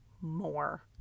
more